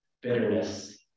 bitterness